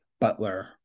Butler